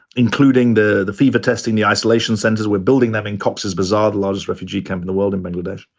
including the the fever testing, the isolation centers. we're building them in cox's bazar, the largest refugee camp in the world in bangladesh.